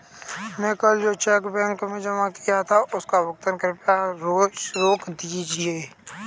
मैं कल जो चेक बैंक में जमा किया था उसका भुगतान कृपया रोक दीजिए